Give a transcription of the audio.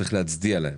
צריך להצדיע להם.